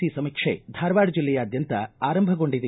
C ಸಮೀಕ್ಷೆ ಧಾರವಾಡ ಜಿಲ್ಲೆಯಾದ್ಯಂತ ಆರಂಭಗೊಂಡಿದೆ